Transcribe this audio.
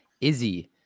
Izzy